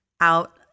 out